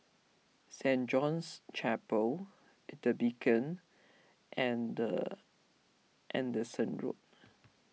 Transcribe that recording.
Saint John's Chapel the Beacon and Anderson Road